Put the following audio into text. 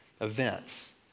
events